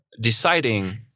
deciding